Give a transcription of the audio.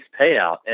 payout